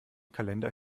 kalender